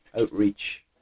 outreach